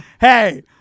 Hey